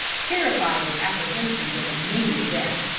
terrified with apprehensions of immediate death.